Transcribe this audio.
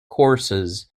courses